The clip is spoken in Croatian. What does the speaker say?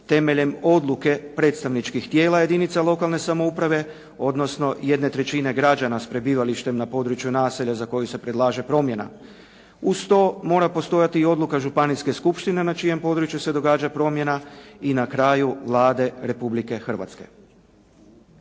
temeljem odluke predstavničkih tijela jedinica lokalne samouprave odnosno 1/3 građana s prebivalištem na području naselja za koje se predlaže promjena. Uz to, mora postojati i odluka županijske skupštine na čijem području se događa promjena i na kraju Vlade Republike Hrvatske.